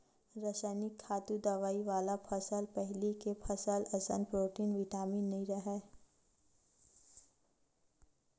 रसइनिक खातू, दवई वाला फसल म पहिली के फसल असन प्रोटीन, बिटामिन नइ राहय